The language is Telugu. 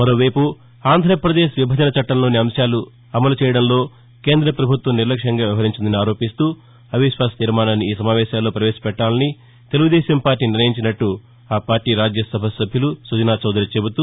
మరోవైపు ఆంధ్రప్రదేశ్ విభజన చట్టంలోని అంశాలను అమలు చేయడంలో కేంద్ర ప్రభుత్వం నిర్లక్ష్యంగా వ్యవహరించిందని ఆరోపిస్తూ అవిశ్వాస తీర్మానాన్ని ఈ సమావేశాల్లో పవేశ పెట్టాలని తెలుగు దేశం పార్టీ నిర్ణయించనట్లు ఆ పార్టీ రాజ్యసభ్యులు సుజనా చౌదరి చెబుతూ